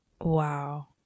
wow